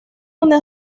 una